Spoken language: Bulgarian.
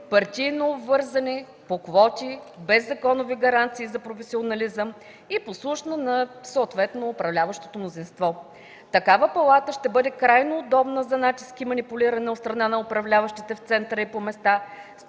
партийно-обвързани по квоти, без законови гаранции за професионализъм, и послушна на съответното управляващо мнозинство. Такава Палата ще бъде крайно удобна за натиск и манипулиране от страна на управляващите в центъра и по места